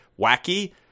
wacky